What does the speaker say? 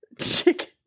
Chicken